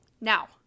now